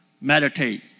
Meditate